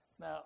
Now